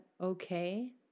okay